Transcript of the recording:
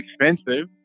expensive